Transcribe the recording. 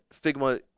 Figma